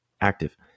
active